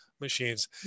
machines